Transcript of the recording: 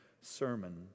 sermon